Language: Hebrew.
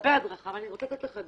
לגבי הדרכה, אני מביאה דוגמה.